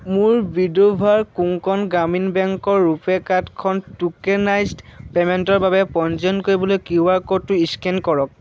মোৰ বিদুৰ্ভাৰ কোংকণ গ্ৰামীণ বেংকৰ ৰুপে কাৰ্ডখন টুকেনাইজ্ড পে'মেণ্টৰ বাবে পঞ্জীয়ন কৰিবলৈ কিউ আৰ ক'ডটো স্কেন কৰক